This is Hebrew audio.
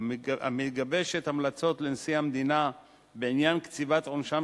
המגבשת המלצות לנשיא המדינה בעניין קציבת עונשם